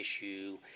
issue